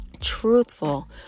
truthful